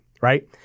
right